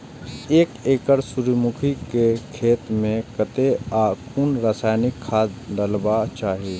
एक एकड़ सूर्यमुखी केय खेत मेय कतेक आ कुन रासायनिक खाद डलबाक चाहि?